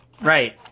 Right